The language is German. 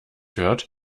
hört